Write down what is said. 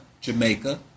Jamaica